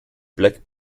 plaques